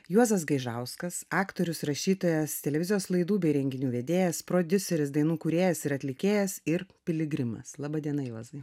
juozas gaižauskas aktorius rašytojas televizijos laidų bei renginių vedėjas prodiuseris dainų kūrėjas ir atlikėjas ir piligrimas laba diena juozai